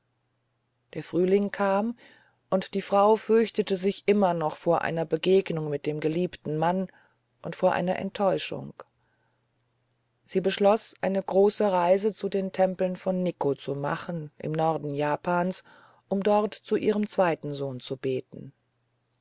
der frühling kam und die frau fürchtete sich immer noch vor einer begegnung mit dem geliebten mann und vor einer enttäuschung sie beschloß eine große reise zu den tempeln von nikko zu machen im norden japans um dort zu ihrem zweiten sohn zu beten